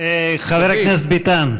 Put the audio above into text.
חבר הכנסת ביטן,